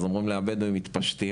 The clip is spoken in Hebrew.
אז אומרים לי: "הבדואים מתפשטים",